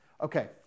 Okay